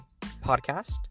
podcast